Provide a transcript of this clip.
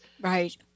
Right